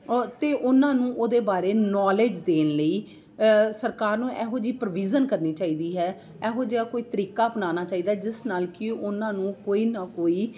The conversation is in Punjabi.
ਅਤੇ ਉਹਨਾਂ ਨੂੰ ਉਹਦੇ ਬਾਰੇ ਨੌਲੇਜ ਦੇਣ ਲਈ ਸਰਕਾਰ ਨੂੰ ਇਹੋ ਜਿਹੀ ਪ੍ਰੋਵੀਜ਼ਨ ਕਰਨੀ ਚਾਹੀਦੀ ਹੈ ਇਹੋ ਜਿਹਾ ਕੋਈ ਤਰੀਕਾ ਅਪਣਾਉਣਾ ਚਾਹੀਦਾ ਜਿਸ ਨਾਲ ਕਿ ਉਹਨਾਂ ਨੂੰ ਕੋਈ ਨਾ ਕੋਈ